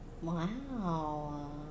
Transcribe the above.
wow